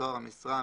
תואר המשרה,